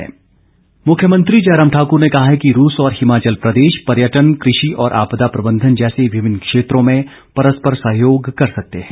मुख्यमंत्री मुख्यमंत्री जयराम ठाकुर ने कहा है कि रूस और हिमाचल प्रदेश पर्यटन कृषि और आपदा प्रबंधन जैसे विभिन्न क्षेत्रों में परस्पर संहयोग कर सकते हैं